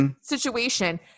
situation